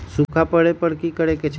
सूखा पड़े पर की करे के चाहि